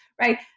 right